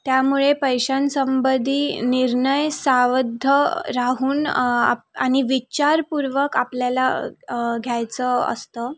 त्यामुळे पैशांसंबंधी निर्णय सावध राहून आप् आणि विचारपूर्वक आपल्याला घ्यायचं असतं